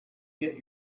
get